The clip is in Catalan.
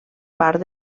part